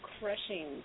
crushing